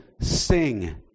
sing